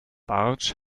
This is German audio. bartsch